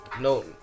No